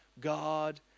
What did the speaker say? God